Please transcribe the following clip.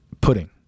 Pudding